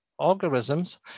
algorithms